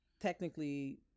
technically